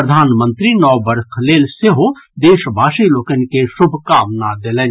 प्रधानमंत्री नव वर्ष लेल सेहो देशवासी लोकनि के शुभकामना देलनि